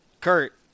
Kurt